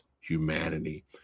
humanity